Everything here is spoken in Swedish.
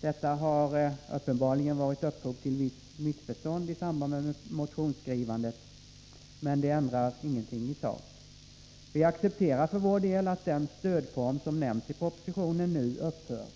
Detta har uppenbarligen givit upphov till visst missförstånd i samband med motionsskrivandet, men det ändrar ingenting i sak. Vi accepterar för vår del att den stödform som nämns i propositionen nu upphör.